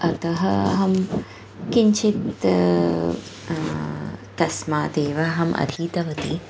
अतः अहं किञ्चित् तस्मादेव अहम् अधीतवती